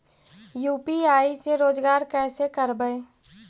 UPI से रोजगार कैसे करबय?